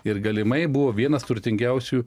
ir galimai buvo vienas turtingiausių